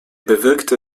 bewirkte